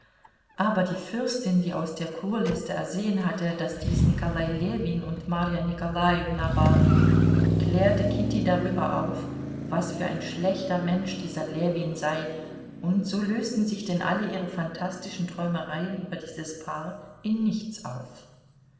aber die fürstin die aus der kurliste ersehen hatte daß dies nikolai ljewin und marja nikolajewna waren klärte kitty darüber auf was für ein schlechter mensch dieser ljewin sei und so lösten sich denn alle ihre phantastischen träumereien über dieses paar in nichts auf